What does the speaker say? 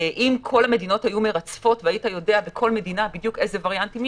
אם כל המדינות היו מרצפות והיית יודע בכל מדינה בדיוק איזה וריאנטים,